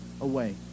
away